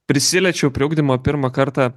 prisiliečiau prie ugdymo pirmą kartą